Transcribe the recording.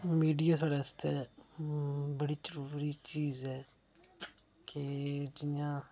media साढ़े आस्तै बड़ी जरुरी चीज ऐ के जियां